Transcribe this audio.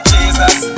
Jesus